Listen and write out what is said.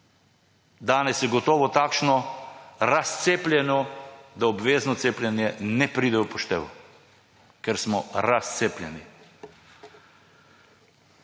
Danes je zagotovo razcepljeno, da obvezno cepljenje ne pride v poštev, ker smo razcepljeni.